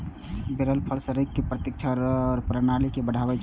बेरक फल शरीरक प्रतिरक्षा प्रणाली के बढ़ाबै छै